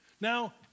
Now